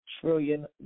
trillion